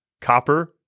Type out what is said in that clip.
Copper